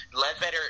Ledbetter